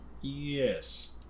Yes